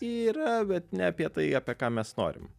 yra bet ne apie tai apie ką mes norim